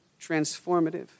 transformative